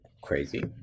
crazy